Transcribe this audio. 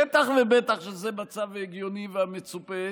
בטח ובטח שזה מצב הגיוני והמצופה